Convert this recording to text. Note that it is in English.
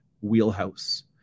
wheelhouse